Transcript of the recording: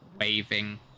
waving